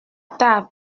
table